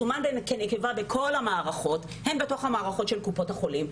מסומן כנקבה בכל המערכות - הן בתוך המערכות של קופות החולים,